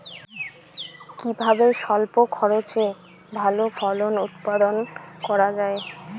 কিভাবে স্বল্প খরচে ভালো ফল উৎপাদন করা যায়?